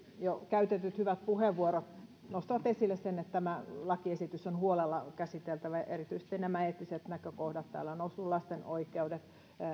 jo käytetyt hyvät puheenvuorot nostivat esille sen että tämä lakiesitys on huolella käsiteltävä ja erityisesti nämä eettiset näkökohdat täällä ovat nousseet lasten oikeudet